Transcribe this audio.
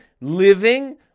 living